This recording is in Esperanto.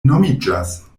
nomiĝas